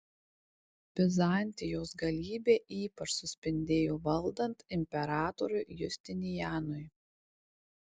bizantijos galybė ypač suspindėjo valdant imperatoriui justinianui